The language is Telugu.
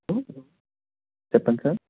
హలో చెప్పండి సార్